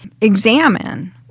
examine